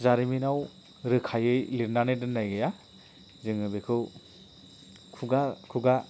जारिमिनाव रोखायै लिरनानै दोन्नाय गैया जोङो बेखौ खुगा खुगा